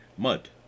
Mud